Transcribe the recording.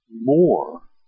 More